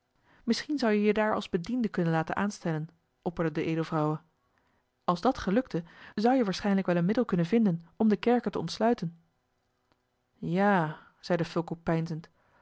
misschien zoudt ge u daar als bediende kunnen laten aanstellen opperde de edelvrouwe als dat gelukte zoudt ge waarschijnlijk wel een middel kunnen vinden om den kerker te ontsluiten ja zeide fulco